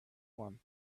one